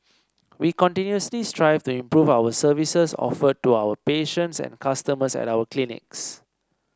we continuously strive to improve our services offered to our patients and customers at our clinics